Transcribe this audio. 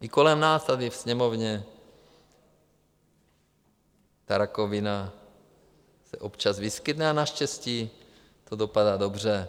I kolem nás tady ve Sněmovně ta rakovina se občas vyskytne a naštěstí to dopadá dobře.